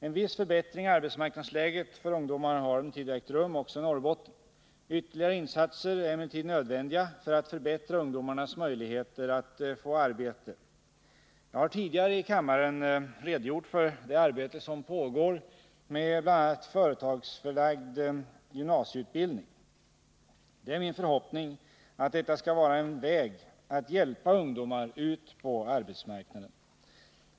En viss förbättring i arbetsmarknadsläget för ungdomar har emellertid ägt rum också i Norrbotten. Ytterligare insatser är emellertid nödvändiga för att förbättra ungdomarnas möjligheter att få arbete. Jag har tidigare i kammaren redogjort för det arbete som pågår med bl.a. företagsförlagd gymnasieutbildning. Det är min förhoppning att detta skall vara en väg att hjälpa ungdomar ut på arbetsmarknaden.